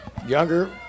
younger